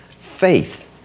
faith